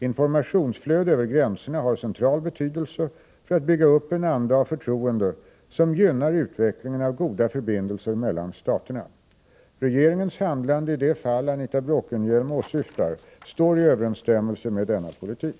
Informationsflöde över gränserna har central betydelse för att bygga upp en anda av förtroende, som gynnar utvecklingen av goda förbindelser mellan staterna. Regeringens handlande i det fall Anita Bråkenhielm åsyftar står i överensstämmelse med denna politik.